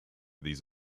these